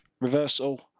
reversal